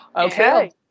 okay